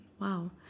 Wow